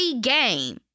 game